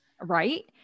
Right